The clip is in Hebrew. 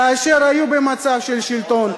כאשר היו במצב של שלטון,